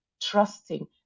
trusting